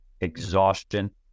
exhaustion